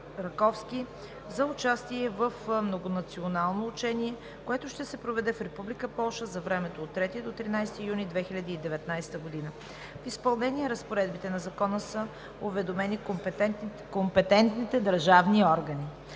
за участие в многонационално учение, което ще се проведе в Република Полша за времето от 3 до 13 юни 2019 г. В изпълнение на разпоредбите на Закона са уведомени компетентните държавни органи.